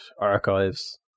archives